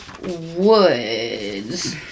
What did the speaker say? woods